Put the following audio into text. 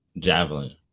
javelin